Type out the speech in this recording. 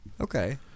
Okay